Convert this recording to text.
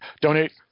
donate